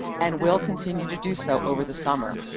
and will continue to do so over the summer.